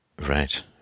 Right